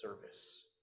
service